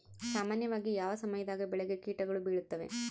ಸಾಮಾನ್ಯವಾಗಿ ಯಾವ ಸಮಯದಾಗ ಬೆಳೆಗೆ ಕೇಟಗಳು ಬೇಳುತ್ತವೆ?